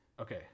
Okay